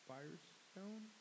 Firestone